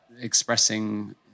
expressing